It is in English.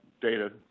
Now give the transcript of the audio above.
data